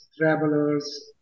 travelers